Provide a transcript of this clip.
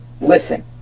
Listen